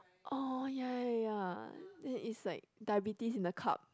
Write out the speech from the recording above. oh ya ya ya that is like diabetes in a cup